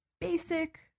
basic